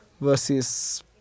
versus